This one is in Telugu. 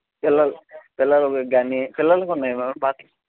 పిల్లలు పిల్లలు కానీ పిల్లలకు ఉన్నాయా మ్యాడమ్ బట్టలు